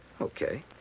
Okay